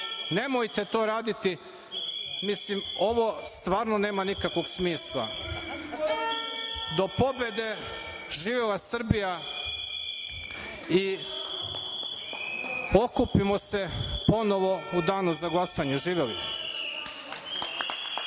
Nemojte to raditi, mislim, ovo stvarno nema nikakvog smisla. Do pobede, živela Srbija! Okupimo se ponovo u danu za glasanje. Živeli!